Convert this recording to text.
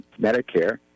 Medicare